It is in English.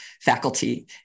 faculty